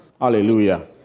hallelujah